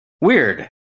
weird